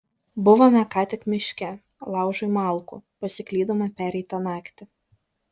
buvome ką tik miške laužui malkų pasiklydome pereitą naktį